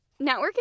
Networking